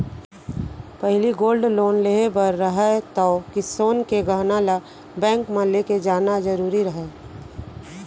पहिली gold loan लेहे बर रहय तौ सोन के गहना ल बेंक म लेके जाना जरूरी रहय